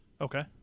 Okay